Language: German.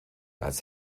als